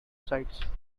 sides